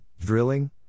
drilling